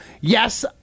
yes